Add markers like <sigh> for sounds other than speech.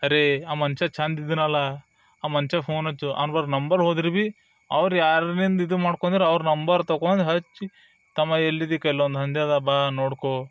ಅರೇ ಆ ಮನುಷ್ಯ ಚಂದ ಇದಿನಲ್ಲ ಆ ಮನ್ಷಾಗ ಫೋನ್ ಹಚ್ಚು ಅವ್ನು <unintelligible> ನಂಬರ್ ಹೋದ್ರು ಭಿ ಅವರು ಯಾರಲ್ಲಿಂದ ಇದು ಮಾಡ್ಕೊಂಡ್ರ್ ಅವರ ನಂಬರ್ ತೊಕೊಂಡ್ ಹಚ್ಚಿ ತಮ್ಮ ಎಲ್ಲಿದ್ದಿ ಇಕ ಇಲ್ಲೊಂದು ದಂದ್ಯದ ಬಾ ನೋಡ್ಕೊ